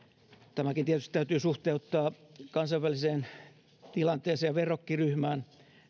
tämäkin tietysti täytyy suhteuttaa kansainväliseen tilanteeseen ja verrokkiryhmään